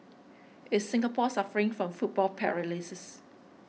is Singapore suffering from football paralysis